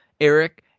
Eric